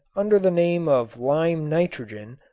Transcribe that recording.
under the name of lime-nitrogen,